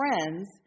friends